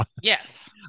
yes